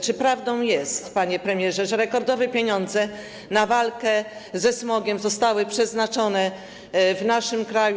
Czy prawdą jest, panie premierze, że rekordowo duże pieniądze na walkę ze smogiem zostały przeznaczone w naszym kraju?